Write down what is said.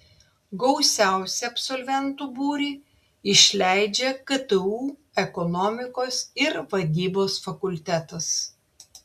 gausiausią absolventų būrį išleidžia ktu ekonomikos ir vadybos fakultetas